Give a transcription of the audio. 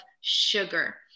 sugar